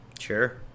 Sure